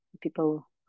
people